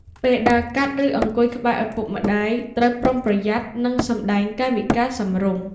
ពេលដើរកាត់ ឬអង្គុយក្បែរឪពុកម្តាយ ត្រូវប្រុងប្រយ័ត្ន និងសម្ដែងកាយវិការសមរម្យ។